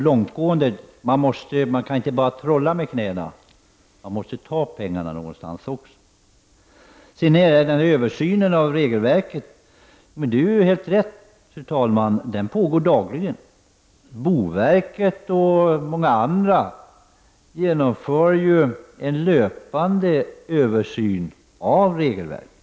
Men man kan inte trolla med knäna, man måste ta pengarna någonstans. När det gäller frågan om en översyn av regelverket har Knut Billing alldeles rätt. En sådan översyn pågår dagligen. Boverket och många andra genomför ju löpande en översyn av regelverket.